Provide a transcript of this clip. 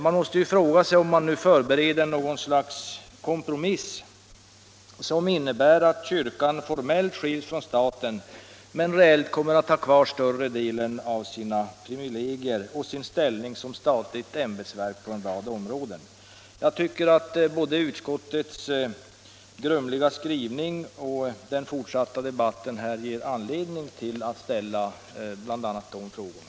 Jag måste fråga mig om man nu förbereder något slags kompromiss som innebär att kyrkan formellt skiljs från staten, men reellt kommer att ha kvar större delen av sina privilegier och sin ställning som statligt ämbetsverk på en rad områden. Jag tycker att både utskottets grumliga skrivning och den fortsatta debatten ger anledning att ställa bl.a. de frågorna.